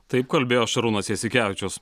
taip kalbėjo šarūnas jasikevičius